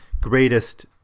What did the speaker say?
greatest